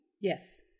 Yes